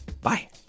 bye